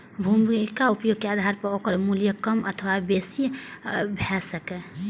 भूमिक उपयोगे के आधार पर ओकर मूल्य कम अथवा बेसी होइत छैक